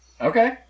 Okay